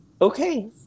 okay